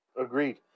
Agreed